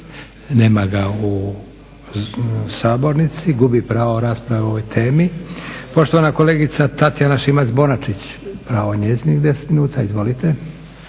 Nema ga u sabornici, gubi pravo rasprave o ovoj temi. Poštovana kolegica Tatjana Šimac-Bonačić, pravo na njezinih 10 minuta. Izvolite.